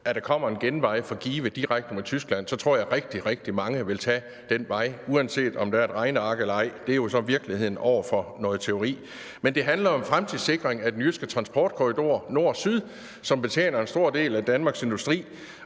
at der kommer en genvej fra Give direkte mod Tyskland, så tror jeg, at rigtig, rigtig mange vil tage den vej, uanset om der er et regneark eller ej. Det er jo så virkeligheden over for noget teori. Men det handler jo om en fremtidssikring af den jyske transportkorridor nord-syd, som betjener en stor del af Danmarks industri,